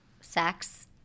sex